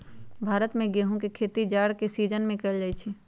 भारत में गेहूम के खेती जाड़ के सिजिन में कएल जाइ छइ